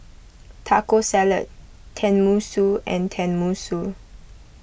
Taco Salad Tenmusu and Tenmusu